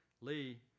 Lee